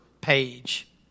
page